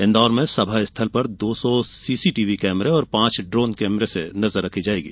इंदौर में सभास्थल पर दो सौ सीसीटीवी कैमरे और पांच ड्रोन से नजर रखी जायेगी